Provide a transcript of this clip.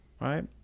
right